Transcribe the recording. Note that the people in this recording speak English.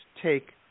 take